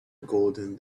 golden